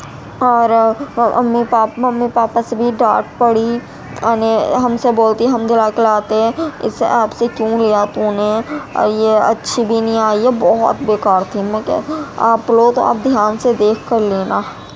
اور امی mummy papa سے بھی ڈانٹ پڑی یعنی ہم سے بولتی ہم دلا کے لاتے اس سے ایپ سے کیوں لیا تو نے اور یہ اچھی بھی نہیں آئی ہے اور یہ بہت بیکار تھی آپ لوگ اب دھیان سے دیکھ کر لینا